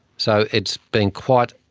so, it's been quite,